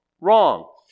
Wrong